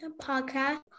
Podcast